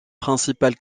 principale